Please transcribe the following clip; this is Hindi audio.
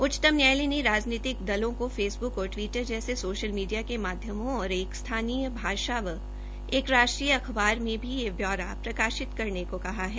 उच्चतम न्यायालय ने राजनीतिक दलों को फेसबुक और टवीटर जैसे सोशल मीडिया के माध्यमों और एक स्थानीय भाषा व एक राष्ट्रीय अखबार में भी दयह ब्यौरा प्रकाशित करने को कहा है